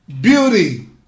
beauty